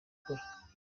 gukora